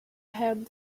had